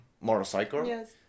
motorcycle